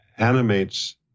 animates